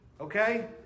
Okay